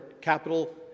capital